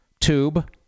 tube